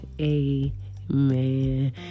amen